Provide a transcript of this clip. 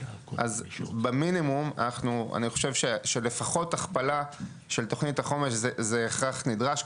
אז במינימום אני חושב שלפחות הכפלה של תכנית החומש זה הכרח נדרש,